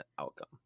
outcome